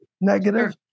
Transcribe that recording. negative